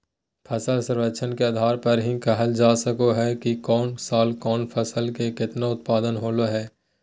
फसल सर्वेक्षण के आधार पर ही कहल जा सको हय कि कौन साल कौन फसल के केतना उत्पादन होलय हें